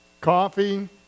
coffee